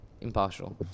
impartial